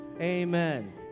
Amen